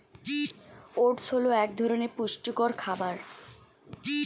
oats হল এক ধরনের পুষ্টিকর খাবার